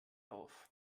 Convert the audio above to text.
auf